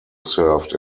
served